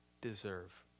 deserve